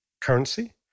currency